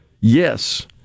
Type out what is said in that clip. yes